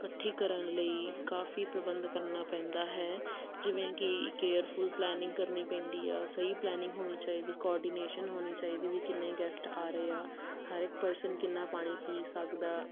ਇਕੱਠੀ ਕਰਨ ਲਈ ਕਾਫੀ ਪ੍ਰਬੰਧ ਕਰਨਾ ਪੈਂਦਾ ਹੈ ਜਿਵੇਂ ਕਿ ਕੇਅਰਫੁੱਲ ਪਲੈਨਿੰਗ ਕਰਨੀ ਪੈਂਦੀ ਆ ਸਹੀ ਪਲੈਨਿੰਗ ਹੋਣੀ ਚਾਹੀਦੀ ਕੋਰਡੀਨੇਸ਼ਨ ਹੋਣੀ ਚਾਹੀਦੀ ਵੀ ਕਿੰਨੇ ਗੈਸਟ ਆ ਰਹੇ ਆ ਹਰ ਇੱਕ ਪਰਸਨ ਕਿੰਨਾ ਪਾਣੀ ਪੀ ਸਕਦਾ